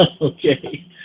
okay